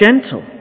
gentle